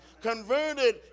converted